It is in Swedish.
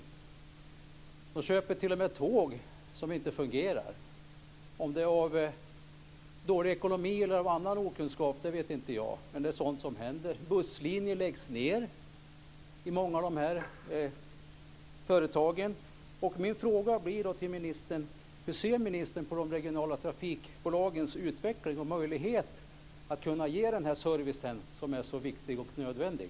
De köper t.o.m. tåg som inte fungerar. Om det beror på dålig ekonomi eller på okunskap vet jag inte, men det är sådant som händer. Busslinjer läggs ned i många av de här företagen. Min fråga blir då till ministern: Hur ser ministern på de regionala trafikbolagens utveckling och möjlighet att ge den här servicen, som är så viktig och nödvändig?